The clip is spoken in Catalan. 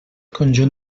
conjunt